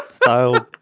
so